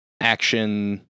action